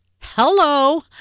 Hello